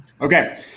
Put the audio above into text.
Okay